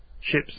ships